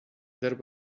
there